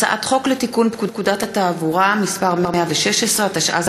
הצעת חוק לתיקון פקודת התעבורה (מס' 116),